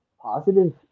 positive